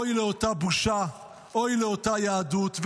אוי לאותה בושה, אוי לאותה יהדות.